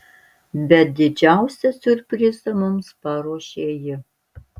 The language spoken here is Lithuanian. bet didžiausią siurprizą mums paruošė ji